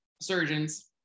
surgeons